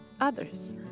others